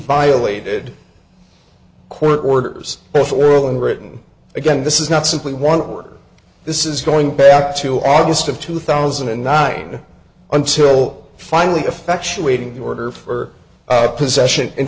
violated court orders for oil in britain again this is not simply one order this is going back to august of two thousand and nine until finally effectuating order for possession in